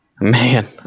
Man